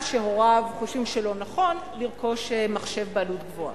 שהוריו חושבים שלא נכון לרכוש מחשב בעלות גבוהה.